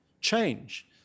change